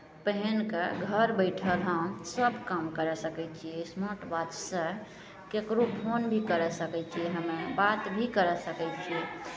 पहिन कऽ घर बैठल हम सभ काम करि सकै छियै स्मार्ट वाचसँ ककरो फोन भी करि सकै छियै हमे बात भी करि सकै छियै